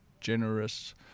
generous